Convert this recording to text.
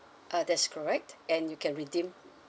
uh that is correct and you can redeem